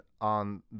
on